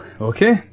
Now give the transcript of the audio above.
Okay